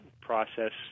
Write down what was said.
process